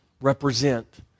represent